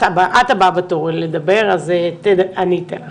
הבאה בתור לדבר, אז אני אתן לך.